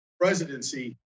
presidency